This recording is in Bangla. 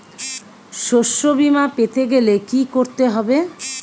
শষ্যবীমা পেতে গেলে কি করতে হবে?